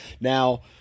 Now